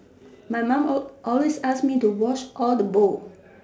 my mum always ask me to wash all the bowl